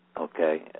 okay